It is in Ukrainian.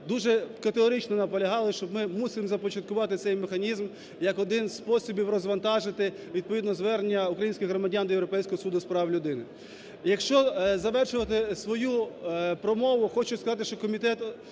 дуже категорично наполягали, що ми мусимо започаткувати цей механізм як один з способів розвантажити відповідні звернення українських громадян до Європейського суду з прав людини. Якщо завершувати свою промову, хочу сказати, що комітет